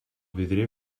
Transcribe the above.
vidrier